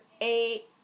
eight